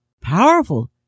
powerful